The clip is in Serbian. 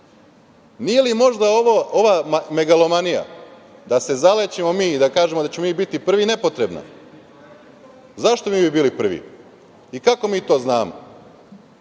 Nije li možda ova megalomanija da se zalećemo mi i da kažemo da ćemo mi biti prvi nepotrebna? Zašto bi mi bili prvi i kako mi to znamo,